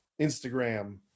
Instagram